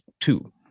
two